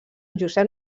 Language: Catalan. josep